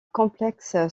complexe